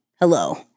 Hello